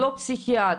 לא פסיכיאטרי.